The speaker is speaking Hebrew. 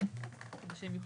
אשמח